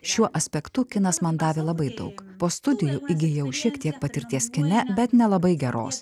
šiuo aspektu kinas man davė labai daug po studijų įgijau šiek tiek patirties kine bet nelabai geros